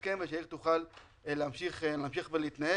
תודה רבה, אדוני המנכ"ל, על הישיבה הקודמת.